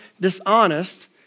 dishonest